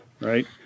right